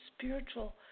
spiritual